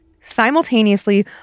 simultaneously